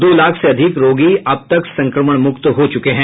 दो लाख से अधिक रोगी अब तक संक्रमण मुक्त हो चुके हैं